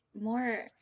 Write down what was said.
more